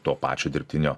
to pačio dirbtinio